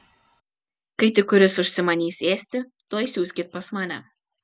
kai tik kuris užsimanys ėsti tuoj siųskit pas mane